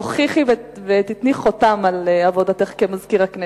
תוכיחי ותטביעי חותם בעבודתך כמזכיר הכנסת.